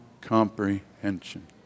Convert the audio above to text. comprehension